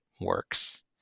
works